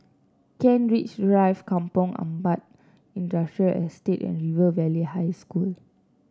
Kent Ridge Drive Kampong Ampat Industrial Estate and River Valley High School